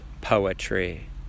poetry